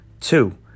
Two